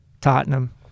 Tottenham